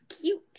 cute